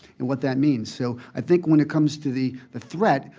and what that means. so i think when it comes to the the threat,